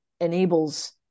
enables